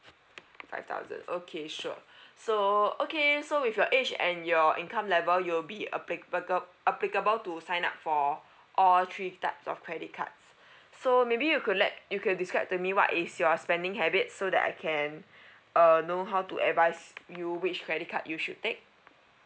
five thousand okay sure so okay so with your age and your income level you'll be applica~ applicable to sign up for all three types of credit cards so maybe you could let you could describe to me what is your spending habits so that I can uh know how to advise you which credit card you should take